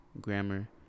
grammar